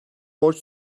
borç